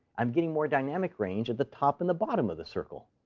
i'm getting more dynamic range at the top and the bottom of the circle.